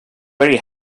very